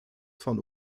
von